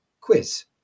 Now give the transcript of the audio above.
quiz